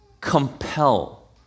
compel